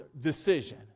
decision